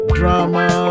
drama